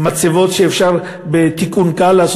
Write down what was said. במצבות שאפשר לעשות להן תיקון קל,